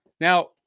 Now